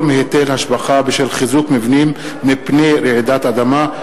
מהיטל השבחה בשל חיזוק מבנים מפני רעידות אדמה),